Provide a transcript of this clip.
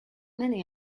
many